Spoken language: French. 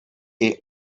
est